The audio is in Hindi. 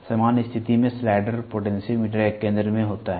सामान्य स्थिति में स्लाइडर पोटेंशियोमीटर के केंद्र में होता है